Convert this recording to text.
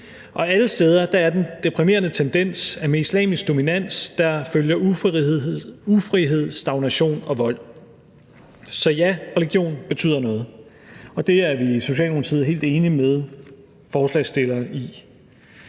Og alle steder er den deprimerende tendens, at med islamisk dominans følger ufrihed, stagnation og vold. Så ja, religion betyder noget. Og det er vi i Socialdemokratiet helt enige med forslagsstillerne i.